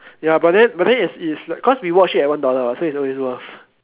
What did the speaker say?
ya but then but then is is like cause we watch it at one dollar [what] so is always worth